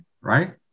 right